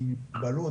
מוגבלות,